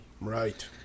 Right